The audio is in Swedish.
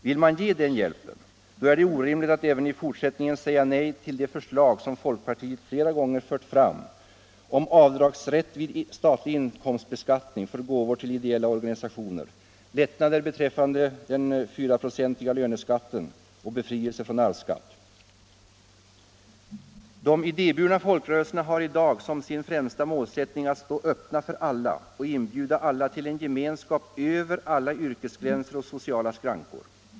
Vill man ge den hjälpen då är det orimligt att även i fortsättningen säga nej till de förslag som folkpartiet flera gånger fört fram om avdragsrätt vid statlig inkomstbeskattning för gåvor till ideella organisationer, lättnader beträffande den 4-procentiga löneskatten och befrielse från arvsskatt. De idéburna folkrörelserna har i dag som sin främsta målsättning att stå öppna för alla och inbjuda till en gemenskap över alla yrkesgränser och sociala skrankor.